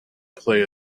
play